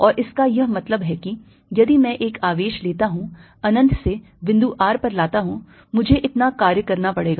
और इसका यह मतलब है कि यदि मैं एक आवेश लेता हूं अनंत से बिंदु r पर लाता हूं मुझे इतना कार्य करना पड़ेगा